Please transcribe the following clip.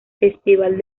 festival